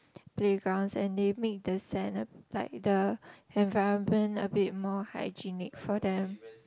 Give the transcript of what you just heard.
playgrounds and they make the sand uh like the environment a bit more hygienic for them